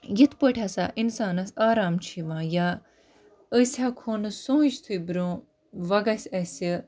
یِتھ پٲٹھۍ ہَسا اِنسانَس آرام چھِ یِوان یا أسۍ ہٮ۪کہو نہٕ سوٗنٛچتھٕے برٛونٛہہ وۄنۍ گَژھِ اَسہِ